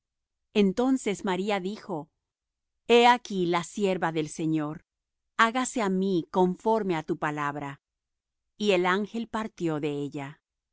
entonces maría dijo he aquí la sierva del señor hágase á mí conforme á tu palabra y el ángel partió de ella